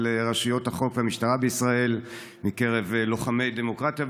רשויות החוק והמשטרה בישראל מקרב "לוחמי דמוקרטיה",